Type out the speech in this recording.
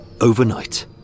Overnight